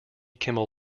kimmel